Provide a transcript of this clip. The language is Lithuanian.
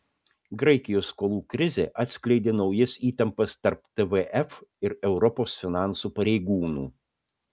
graikijos skolų krizė atskleidė naujas įtampas tarp tvf ir europos finansų pareigūnų